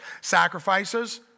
sacrifices